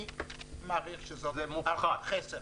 אני מעריך שזו הערכת חסר.